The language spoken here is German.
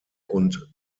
und